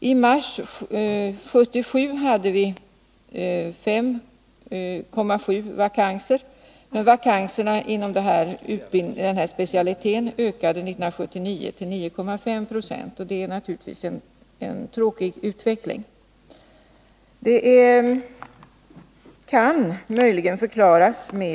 I mars 1977 hade vi 5,7 Jo vakanser, men vakanserna inom den specialiteten ökade 1979 till 9,4 26, och det är naturligtvis en tråkig utveckling.